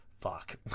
Fuck